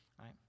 right